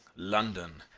london.